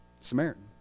Samaritan